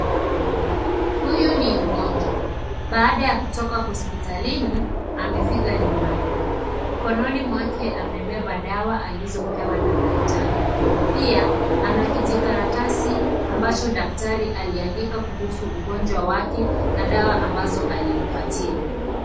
Huyu ni mgonjwa baada ya kutoka hospitalini amefika nyumbani, mkononi mwake amebeba dawa alizopewa na daktari, pia ana kijikaratasi ambacho daktari aliandika kuhusu ugonjwa wake na dawa ambazo alimpatia.